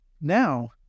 Now